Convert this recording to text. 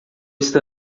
está